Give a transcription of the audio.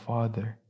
Father